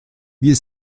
wir